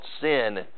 sin